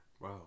Wow